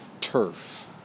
turf